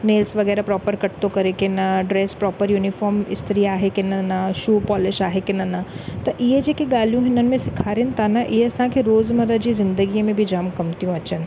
nails वगै़राह proper cut करे थो की न ड्रेस प्रोपर यूनिफॉर्म इस्त्री आहे की न न शू पॉलिश आहे की न न इहे जेके ॻाल्हियूं हिननि में सेखारिन था न इहे असांखे रोज़ मर्रा जी ज़िंदगीअ में बि जाम कमु थियूं अचनि